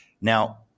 now